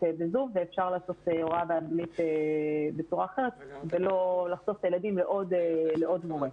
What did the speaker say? בזום ובדרך אחרת ולא לחשוף את הילדים לעוד מורה.